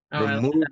Remove